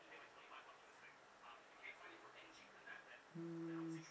mm